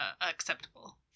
acceptable